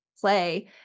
play